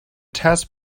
test